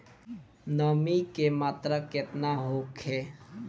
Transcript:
नमी के मात्रा केतना होखे?